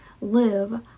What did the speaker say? live